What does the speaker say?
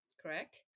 Correct